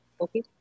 Okay